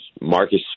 Marcus